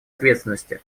ответственности